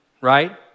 right